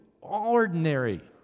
ordinary